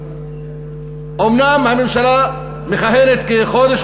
אומנם הממשלה מכהנת כחודש,